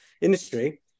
industry